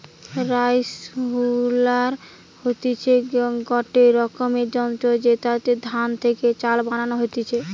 rice huller হতিছে গটে রকমের যন্ত্র জেতাতে ধান থেকে চাল বানানো হতিছে